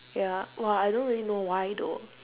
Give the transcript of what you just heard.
ya !wah! I don't really know why though